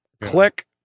click